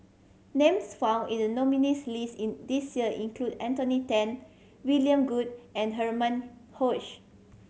names found in the nominees' list in this year include Anthony Then William Goode and Herman